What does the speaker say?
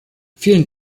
vielen